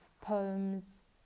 poems